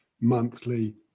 monthly